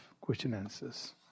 question-answers